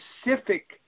specific